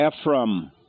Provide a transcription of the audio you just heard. Ephraim